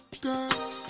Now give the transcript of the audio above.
girl